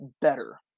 better